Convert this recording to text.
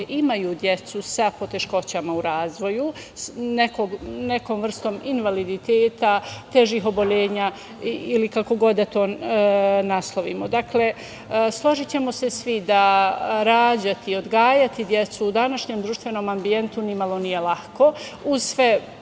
imaju decu sa poteškoćama u razvoju, nekom vrstom invaliditeta, težih oboljenja ili kako god da to naslovimo. Dakle, složićemo se svi da rađati, odgajati decu u današnjem društvenom ambijentu nimalo nije lako. Uz sve